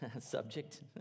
subject